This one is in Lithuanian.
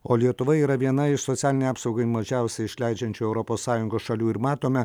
o lietuva yra viena iš socialinei apsaugai mažiausiai išleidžiančių europos sąjungos šalių ir matome